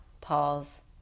pause